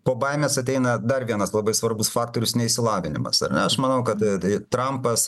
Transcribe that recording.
po baimės ateina dar vienas labai svarbus faktorius neišsilavinimas ar ne aš manau kad tai trampas